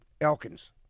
Elkins